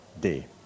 day